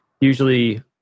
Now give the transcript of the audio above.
usually